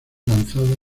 lanzada